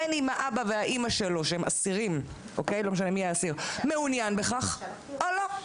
בין אם האבא או האימא שלו שהם אסירים מעוניין בכך ובין אם לא.